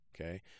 okay